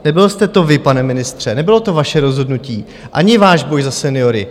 Nebyl jste to vy, pane ministře, nebylo to vaše rozhodnutí ani váš boj za seniory.